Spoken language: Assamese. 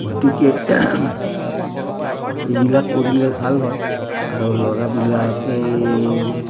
গতিকে এইবিলাক কৰিলে ভাল হয় আৰু ল'ৰাবিলাকে